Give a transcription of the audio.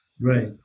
Right